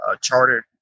chartered